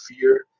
fear